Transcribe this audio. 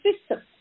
system